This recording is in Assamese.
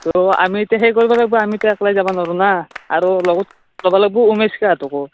ত' আমি এতিয়া সেই কৰিব লাগিব আমিটো একলে যাব নোৱাৰো ন আৰু লগত ল'ব লাগিব উমেশদাহঁতকো